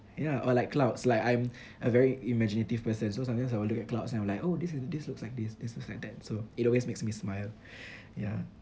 ya or like clouds like I'm a very imaginative person so sometimes I will look at clouds and I'm like oh this is this looks like this this looks like that so it always makes me smile ya